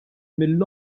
mill